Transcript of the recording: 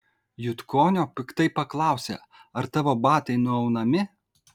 jutkonio piktai paklausė ar tavo batai nuaunami